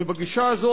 ובגישה הזאת,